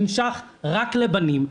נמשך רק לבנים,